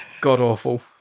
god-awful